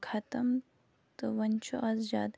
ختم تہٕ وۄنۍ چھُ اَز زیادٕ